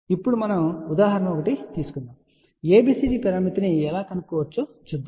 ఇప్పుడు మనం ఉదాహరణ తీసుకుందాం మరియు ABCD పరామితిని ఎలా కనుగొనవచ్చో చూద్దాం